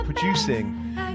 Producing